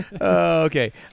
Okay